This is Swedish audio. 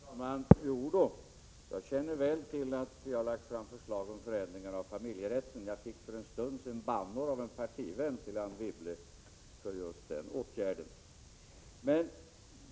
Fru talman! Jo då, jag känner väl till att vi har lagt fram förslag om förändringar av familjerätten. Jag fick för en stund sedan bannor av en partivän till Anne Wibble för just den åtgärden.